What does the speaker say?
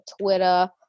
Twitter